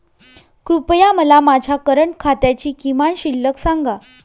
कृपया मला माझ्या करंट खात्याची किमान शिल्लक सांगा